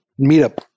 meetup